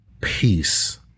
peace